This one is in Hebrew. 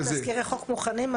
תזכירי החוק מוכנים?